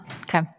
Okay